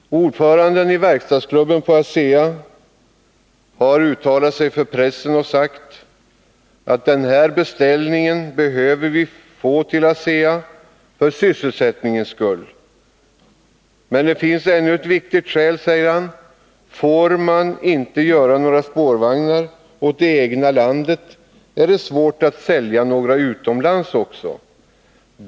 Ordföranden i verkstadsklubben på ASEA har uttalat sig för pressen och sagt att man behöver få den här beställningen till ASEA för sysselsättningens skull. Men det finns ännu ett viktigt skäl, säger han. Får man inte göra några spårvagnar åt det egna landet är det svårt att sälja några utomlands också.